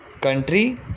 Country